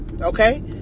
Okay